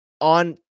on